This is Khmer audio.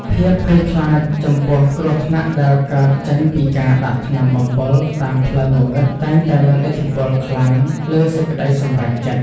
ភាពភ័យខ្លាចចំពោះគ្រោះថ្នាក់ដែលកើតចេញពីការដាក់ថ្នាំបំពុលតាមផ្លូវងងឹតតែងតែមានឥទ្ធិពលខ្លាំងលើសេចក្តីសម្រេចចិត្ត។